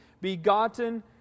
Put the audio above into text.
begotten